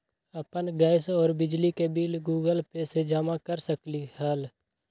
अपन गैस और बिजली के बिल गूगल पे से जमा कर सकलीहल?